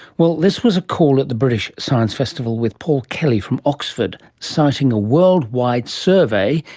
well, this was a call at the british science festival with paul kelly from oxford citing a worldwide survey,